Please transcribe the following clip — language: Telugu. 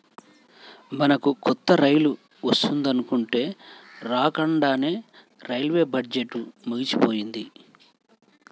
మనకు కొత్త రైలు వస్తుందనుకుంటే రాకండానే రైల్వే బడ్జెట్టు ముగిసిపోయింది